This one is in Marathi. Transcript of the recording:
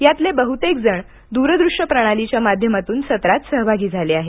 यातील बहुतेक जण दूर दृश्य प्रणालीच्या माध्यमातून सत्रात सहभागी झाले आहेत